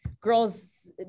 Girls